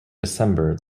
december